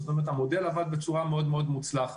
המודל עבד בצורה מאוד מאוד מוצלחת.